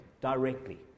directly